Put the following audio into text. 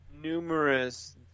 numerous